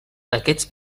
aquests